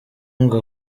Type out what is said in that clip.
ngo